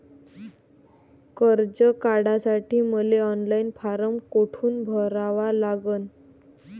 कर्ज काढासाठी मले ऑनलाईन फारम कोठून भरावा लागन?